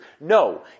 No